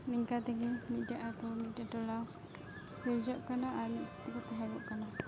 ᱱᱮᱝᱠᱟᱹᱛᱮᱜᱮ ᱢᱤᱫᱴᱮᱱ ᱟᱹᱛᱩ ᱢᱤᱫᱴᱮᱱ ᱴᱚᱞᱟ ᱠᱟᱹᱣᱡᱟᱹᱜ ᱠᱟᱱᱟ ᱟᱨ ᱢᱤᱫᱴᱷᱮᱱ ᱠᱚ ᱛᱮᱦᱮᱱᱚᱜ ᱠᱟᱱᱟ